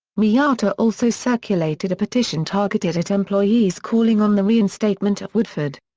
miyata also circulated a petition targeted at employees calling on the reinstatement of woodford.